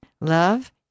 Love